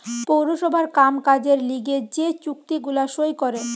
পৌরসভার কাম কাজের লিগে যে চুক্তি গুলা সই করে